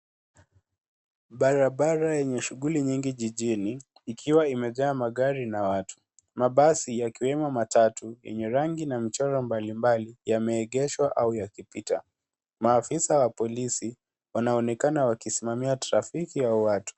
Barabara yenye shughulli nyingi jijini ikiwa imejaa magari na watu, mabasi yakiwemo matatu yenye rangi na mchor mbali mbali yameegeshwa au yakipita. Maafisa wa polisi wanaonekana wakisimamia trafiki au watu.